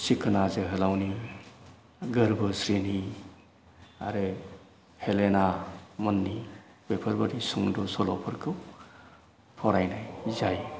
सिखोना जोहोलावनि गोरबोस्रेनि आरो हेलेना मोननि बेफोरबादि सुंद' सल'फोरखौ फरायनाय जायो